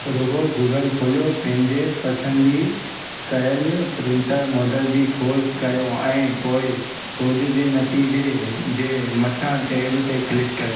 रुॻो गूगल खोलियो पंहिंजे पसंदि कयलु प्रिंटर मॉडल जी खोज कयो ऐं पोइ खोज जे नतीजे जे मथां टैब ते क्लिक कयो